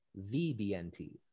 VBNT